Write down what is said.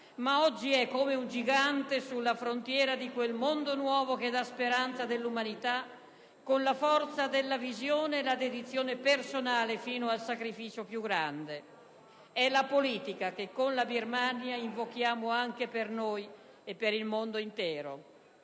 ma oggi è come un gigante sulla frontiera di quel mondo nuovo che dà speranza dell'umanità, con la forza della visione e la dedizione personale fino al sacrificio più grande. E' la politica che con la Birmania invochiamo anche per noi e per il mondo intero.